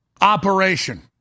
operation